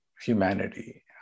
humanity